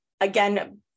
again